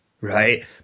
right